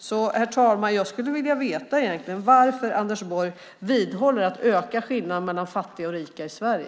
Jag skulle egentligen vilja veta, herr talman, varför Anders Borg fortsätter att öka skillnaderna mellan fattiga och rika i Sverige.